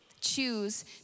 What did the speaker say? choose